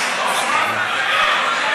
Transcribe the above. אני רוצה להגיב על זה.